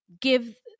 Give